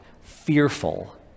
fearful